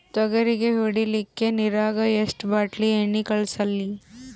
ತೊಗರಿಗ ಹೊಡಿಲಿಕ್ಕಿ ನಿರಾಗ ಎಷ್ಟ ಬಾಟಲಿ ಎಣ್ಣಿ ಕಳಸಲಿ?